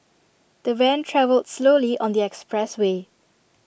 the van travelled slowly on the expressway